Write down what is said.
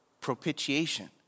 propitiation